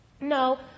No